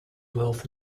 wealth